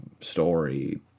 story